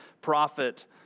prophet